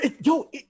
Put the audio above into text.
yo